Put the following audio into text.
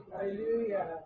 Hallelujah